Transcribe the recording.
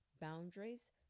boundaries